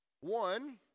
One